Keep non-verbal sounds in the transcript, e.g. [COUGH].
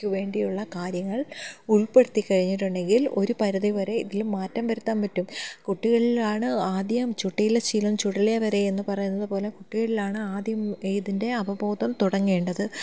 [UNINTELLIGIBLE] വേണ്ടിയുള്ള കാര്യങ്ങൾ ഉൾപ്പെടുത്തി കഴിഞ്ഞിട്ടുണ്ടെങ്കിൽ ഒരു പരിധിവരെ ഇതിൽ മാറ്റം വരുത്താൻ പറ്റും കുട്ടികളിലാണ് ആദ്യം ചുട്ടയിലെ ശീലം ചുടല വരെ എന്നു പറയുന്നത് പോലെ കുട്ടികളിലാണ് ആദ്യം ഇതിൻ്റെ അവബോധം തുടങ്ങേണ്ടത്